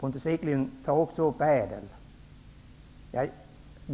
Pontus Wiklund tar också upp ÄDEL-reformen.